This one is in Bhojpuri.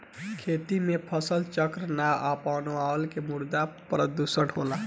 खेती में फसल चक्र ना अपनवला से मृदा प्रदुषण होला